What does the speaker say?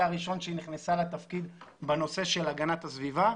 הראשון שהיא נכנסה לתפקיד בנושא של הגנת הסביבה.